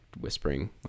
whispering